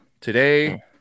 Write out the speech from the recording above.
Today